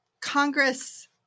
Congress